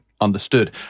understood